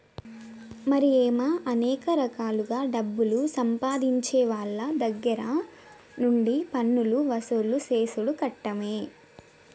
మరి ఏమో అనేక రకాలుగా డబ్బులు సంపాదించేవోళ్ళ దగ్గర నుండి పన్నులు వసూలు సేసుడు కట్టమే